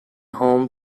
home